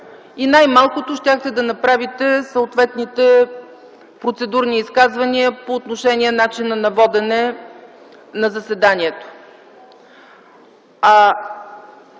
и най-малкото - щяхте да направите съответните процедурни изказвания по отношение начина на водене на заседанието?